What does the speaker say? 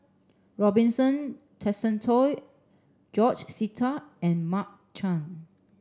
Robinson Tessensohn George Sita and Mark Chan